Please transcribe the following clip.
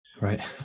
Right